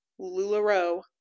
LuLaRoe